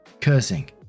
cursing